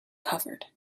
covered